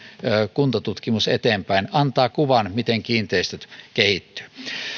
kuntotutkimus eteenpäin antaa kuvan miten kiinteistöt kehittyvät